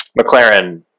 mclaren